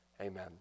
Amen